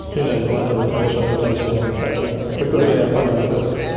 who knows, might have a commercial application down the track. but we've got to get our funding first.